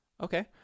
Okay